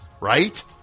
Right